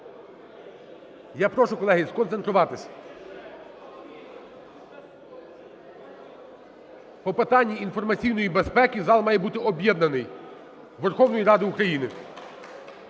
Я прошу, колеги, сконцентруватись. По питанню інформаційної безпеки зал має бути об'єднаний Верховною Радою України.